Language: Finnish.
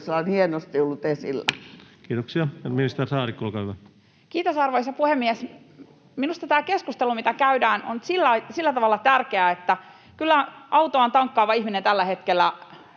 energian hinnan noususta (Harry Harkimo liik) Time: 16:25 Content: Kiitos, arvoisa puhemies! Minusta tämä keskustelu, mitä käydään, on sillä tavalla tärkeää, että kyllä autoaan tankkaava ihminen tällä hetkellä